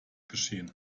geschehen